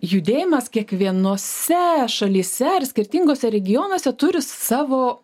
judėjimas kiekvienose šalyse ar skirtinguose regionuose turi savo